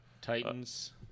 Titans